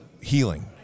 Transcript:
Healing